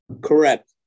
Correct